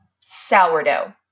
sourdough